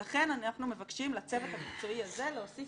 ולכן אנחנו מבקשים לצוות המקצועי הזה להוסיף